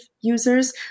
users